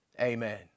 amen